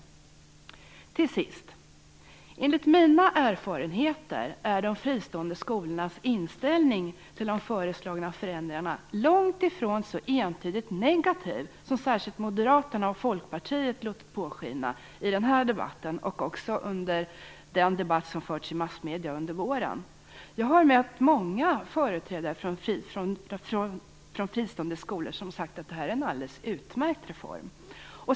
Till sist vill jag säga att de fristående skolornas inställning till de föreslagna förändringarna enligt mina erfarenheter är långt ifrån så entydigt negativ som särskilt Moderaterna och Folkpartiet låtit påskina i denna debatt, och också under den debatt som förts i massmedierna under våren. Jag har mött många företrädare för fristående skolor som har sagt att det är en alldeles utmärkt reform.